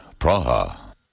Praha. (